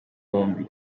bombi